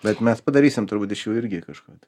bet mes padarysim turbūt iš jų irgi kažką tai